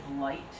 light